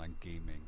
gaming